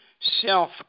self